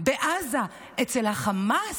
בעזה אצל החמאס.